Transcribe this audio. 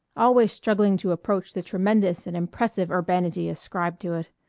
always struggling to approach the tremendous and impressive urbanity ascribed to it.